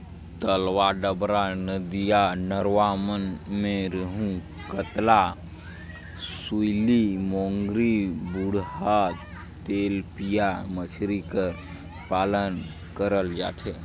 तलवा डबरा, नदिया नरूवा मन में रेहू, कतला, सूइली, मोंगरी, भुंडा, तेलपिया मछरी कर पालन करल जाथे